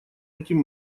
этим